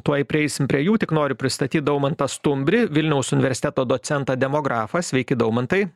tuoj prieisim prie jų tik noriu pristatyt daumantą stumbrį vilniaus universiteto docentą demografą sveiki daumantai